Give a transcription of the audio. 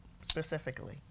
specifically